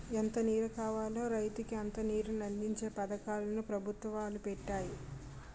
ఎంత నీరు కావాలో రైతుకి అంత నీరుని అందించే పథకాలు ను పెభుత్వాలు పెట్టాయి